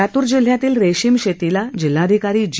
लातूर जिल्ह्यातल्या रेशीम शेतीला जिल्हाधिकारी जी